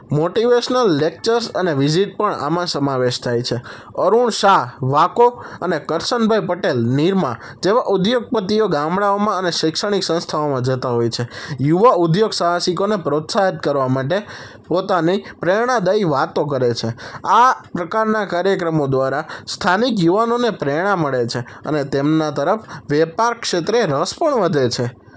motivational lectures અને visit પણ આમાં સમાવેશ થાય છે અરુણ શાહ વાકો અને કરશનભાઈ પટેલ નિરમા જેવા ઉદ્યોગપતિઓ ગામડાઓમાં અને શૈક્ષણિક સંસ્થાઓમાં જતા હોય છે યુવા ઉદ્યોગ સાહસિકોને પ્રોત્સાહિત કરવા માટે પોતાની પ્રેરણાદાયી વાતો કરે છે આ પ્રકારના કાર્યક્રમો દ્વારા સ્થાનિક યુવાનોને પ્રેરણા મળે છે અને તેમના તરફ વેપાર ક્ષેત્રે રસ પણ વધે છે